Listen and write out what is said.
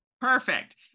Perfect